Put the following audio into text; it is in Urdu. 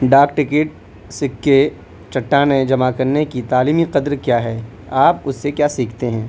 ڈاک ٹکٹ سکّے چٹانیں جمع کرنے کی تعلیمی قدر کیا ہے آپ اس سے کیا سیکھتے ہیں